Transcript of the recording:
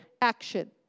action